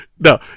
No